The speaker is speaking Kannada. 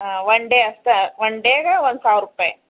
ಹಾಂ ಒನ್ ಡೇ ಅಷ್ಟ ಒನ್ ಡೇಗಾ ಒಂದು ಸಾವಿರ ರೂಪಾಯಿ